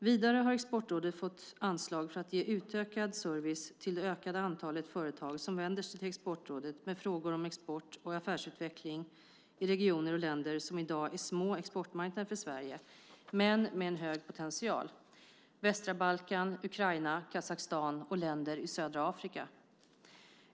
Vidare har Exportrådet fått anslag för att ge utökad service till det ökande antalet företag som vänder sig till Exportrådet med frågor om export och affärsutveckling i regioner och länder som i dag är små exportmarknader för Sverige men med hög potential - västra Balkan, Ukraina, Kazakstan och länder i södra Afrika.